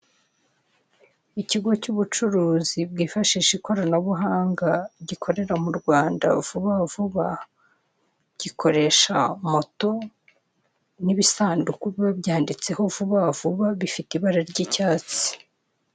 Ikigo cy'ubucuruzi bwifashisha ikoranabuhanga gikorera mu Rwanda vuba vuba; gikoresha moto n'ibisanduku biba byanditseho vuba vuba, bifite ibara ry'icyatsi.